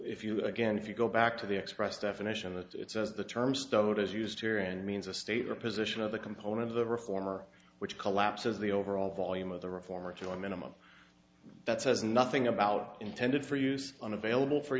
if you again if you go back to the expressed definition it's as the term started is used here and means a state or position of the component of the reform or which collapses the overall volume of the reformer to a minimum that says nothing about intended for use unavailable for